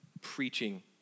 preaching